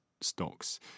stocks